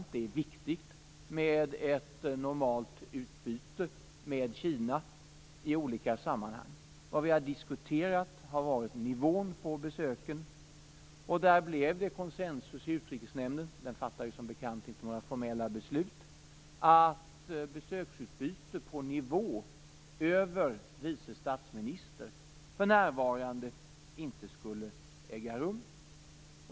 Det är i stället viktigt med ett normalt utbyte med Kina i olika sammanhang. Vad vi diskuterat har varit nivån på besöken. Där blev det konsensus i Utrikesnämnden, vilken som bekant inte fattar formella beslut, om att besöksutbyte på nivå över vice statsminister för närvarande inte skulle äga rum.